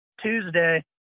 Tuesday